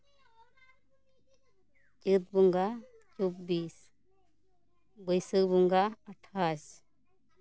ᱪᱟᱹᱛ ᱵᱚᱸᱜᱟ ᱪᱚᱵᱵᱤᱥ ᱵᱟᱹᱭᱥᱟᱹᱠ ᱵᱚᱸᱜᱟ ᱟᱴᱷᱟᱥ